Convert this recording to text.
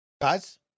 guys